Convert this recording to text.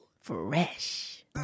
Fresh